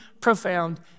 profound